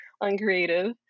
uncreative